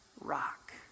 rock